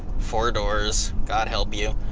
four doors, god help you,